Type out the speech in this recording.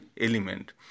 element